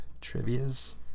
trivia's